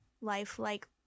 life-like